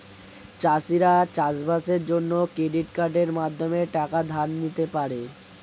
চাষিরা চাষবাসের জন্য ক্রেডিট কার্ডের মাধ্যমে টাকা ধার নিতে পারে